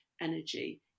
energy